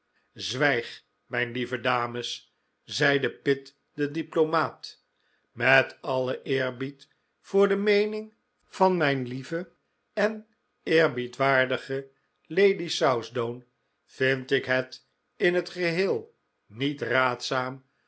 zwijg mijn lieve dames zeide pitt de diplomaat met alien eerbied voor de meening van mijn lieve en eerbiedwaardige lady southdown vind ik het in het geheel niet raadzaam